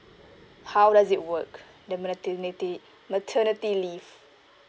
how does it work the maternity maternity leave